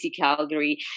Calgary